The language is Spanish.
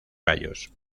gallos